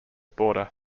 border